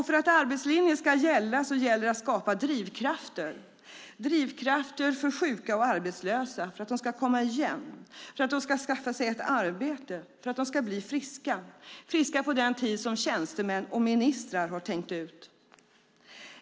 För att arbetslinjen ska gälla gäller det att skapa drivkrafter, drivkrafter för sjuka och arbetslösa för att de ska komma igen, för att de ska skaffa sig ett arbete, för att de ska bli friska, friska på den tid som tjänstemän och ministrar har tänkt ut.